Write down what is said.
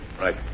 Right